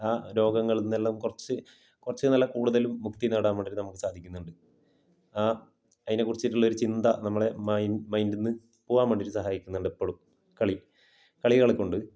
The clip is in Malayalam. ആ രോഗങ്ങളിൽ നിന്നെല്ലാം കുറച്ച് കുറച്ച് എന്നല്ല കൂടുതലും മുക്തി നേടാന് വേണ്ടിയിട്ട് നമുക്ക് സാധിക്കുന്നുണ്ട് ആ അതിനെക്കുറിച്ചിട്ടുള്ള ഒരു ചിന്ത നമ്മളെ മൈന്ഡിൽ നിന്ന് പോവാന് വേണ്ടിയിട്ട് സഹായിക്കുന്നുണ്ട് എപ്പോഴും കളി കളികളെ കൊണ്ട്